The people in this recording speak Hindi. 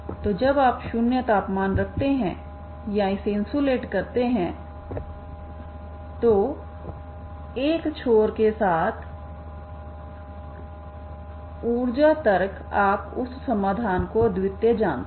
तो जब आप शून्य तापमान रखते हैं या इसे इन्सुलेट करते हैं तो एक छोर के साथ ऊर्जा तर्क आप उस समाधान को अद्वितीय जानते हैं